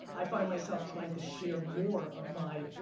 i find myself trying to share more of my